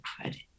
credit